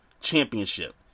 championship